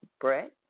Brett